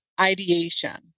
ideation